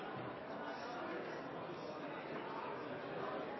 nes